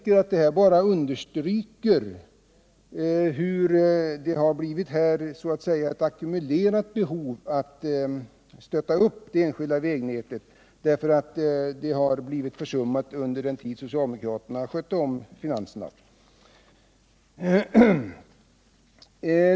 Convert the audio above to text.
Enligt min mening har det uppstått ett ackumulerat behov av att stötta upp det enskilda vägnätet, då det blivit försummat under den tid då socialdemokraterna skötte finanserna.